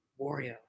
wario